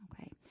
Okay